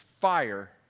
fire